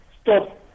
stop